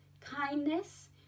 kindness